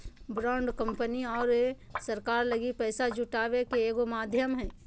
bond company आरो सरकार लगी पैसा जुटावे के एगो माध्यम हइ